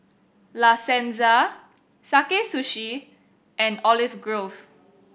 La Senza Sakae Sushi and Olive Grove